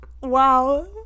Wow